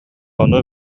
ону